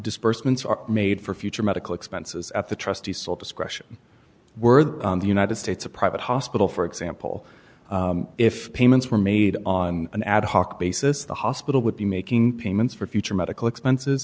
disbursements are made for future medical expenses at the trustee sole discretion were the united states a private hospital for example if payments were made on an ad hoc basis the hospital would be making payments for future medical expenses